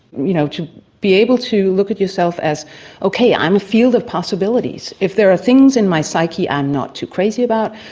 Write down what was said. you know, to be able to look at yourself as ok, i'm a field of possibilities, if there are things in my psyche i'm not too crazy about,